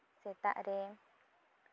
ᱥᱮᱛᱟᱜ ᱨᱮ